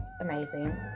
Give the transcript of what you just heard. amazing